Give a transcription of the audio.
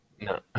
No